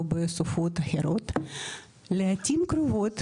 או בשפות אחרות ,לעיתים קרובות,